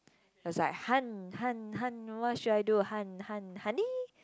it was like han han han what should I do han han honey